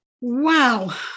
wow